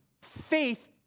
faith